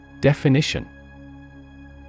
Definition